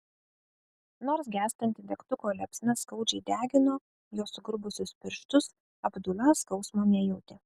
nors gęstanti degtuko liepsna skaudžiai degino jo sugrubusius pirštus abdula skausmo nejautė